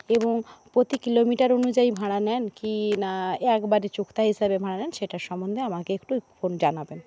এবং প্রতি কিলোমিটার অনুযায়ী ভাড়া নেন কি না একবারে চুক্তা হিসাবে ভাড়া নেন সেটার সম্বন্ধে আমাকে একটু জানাবেন